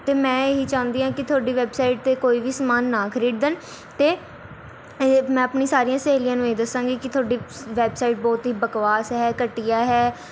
ਅਤੇ ਮੈਂ ਇਹ ਹੀ ਚਾਹੁੰਦੀ ਹਾਂ ਕਿ ਤੁਹਾਡੀ ਵੈੱਬਸਾਈਟ 'ਤੇ ਕੋਈ ਵੀ ਸਮਾਨ ਨਾ ਖਰੀਦਣ ਅਤੇ ਇਹ ਮੈਂ ਆਪਣੀ ਸਾਰੀਆਂ ਸਹੇਲੀਆਂ ਨੂੰ ਇਹ ਦੱਸਾਂਗੀ ਕਿ ਤੁਹਾਡੀ ਵੈੱਬਸਾਈਟ ਬਹੁਤ ਹੀ ਬਕਵਾਸ ਹੈ ਘਟੀਆ ਹੈ